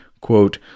quote